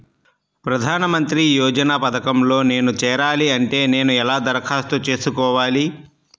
ప్రధాన మంత్రి యోజన పథకంలో నేను చేరాలి అంటే నేను ఎలా దరఖాస్తు చేసుకోవాలి?